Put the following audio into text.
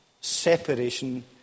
separation